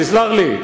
תסלח לי.